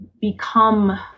become